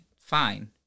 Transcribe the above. fine